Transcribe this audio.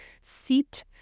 seat